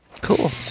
Cool